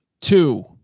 two